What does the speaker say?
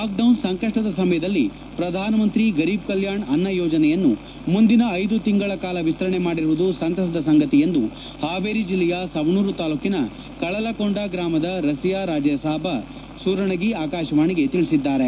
lockdown ಸಂಕಷ್ಟದ ಸಮಯದಲ್ಲಿ ಪ್ರಧಾನ ಮಂತ್ರಿ ಗರೀಬ್ ಕಲ್ಹಾಣ್ ಅನ್ನ ಯೋಜನೆಯನ್ನು ಮುಂದಿನ ಐದು ತಿಂಗಳು ವಿಸ್ತರಣೆ ಮಾಡಿರುವುದು ಸಂತಸದ ಸಂಗತಿ ಎಂದು ಹಾವೇರಿ ಜಿಲ್ಲೆಯ ಸವಣೂರು ತಾಲ್ಲೂಕಿನ ಕಳಲಕೋಂಡ ಗ್ರಾಮದ ರಜೀಯಾ ರಾಜೇಸಾಬ ಸೂರಣಗಿ ಆಕಾಶವಾಣಿಗೆ ತಿಳಿಸಿದ್ದಾರೆ